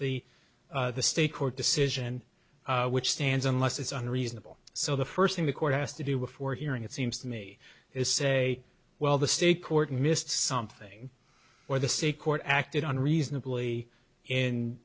is the state court decision which stands unless it's unreasonable so the first thing the court has to do before hearing it seems to me is say well the state court missed something or the sea court acted on reasonably in